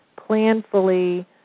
planfully